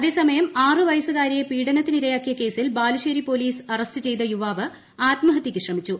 അതേസമയം ആറ് വയസ്സുകാരിയെ പീഡനത്തിന് ഇരയാക്കിയ കേസിൽ ബാലുശ്ശേരി പൊലീസ് അറസ്റ്റ് ചെയ്ത യുവാവ് ആത്മഹത്യക്ക് ശ്രമിച്ചു